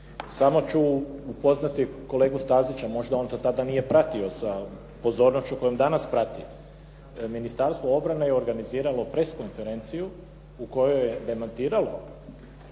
Samo ću upoznati kolegu Stazića, možda on to tada nije pratio sa pozornošću kojom danas prati. Ministarstvo obrane je organiziralo press konferenciju u kojoj je demantiralo